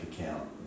account